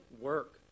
work